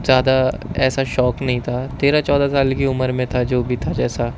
زیادہ ایسا شوق نہیں تھا تیرہ چودہ سال کی عمر میں تھا جو بھی تھا جیسا